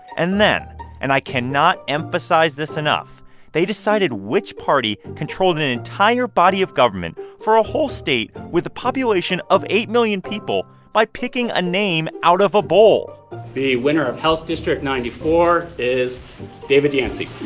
and then and i cannot emphasize this enough they decided which party controlled an entire body of government for a whole state with a population of eight million people by picking a name out of a bowl the winner of house district ninety four is david yancey